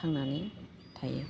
थांनानै थायो